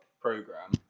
program